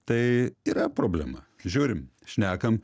tai yra problema žiūrim šnekam